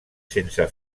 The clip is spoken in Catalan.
sense